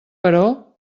però